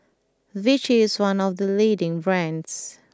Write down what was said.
Vichy is one of the leading brands